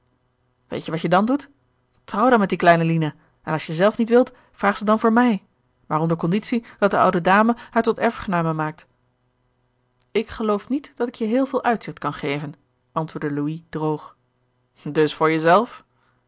neef weet-je wat je dan doet trouw dan met die kleine lina en als je zelf niet wilt vraag ze dan voor mij maar onder conditie dat de oude dame haar tot erfgename maakt ik geloof niet dat ik je heel veel uitzicht kan geven antwoordde louis droog dus voor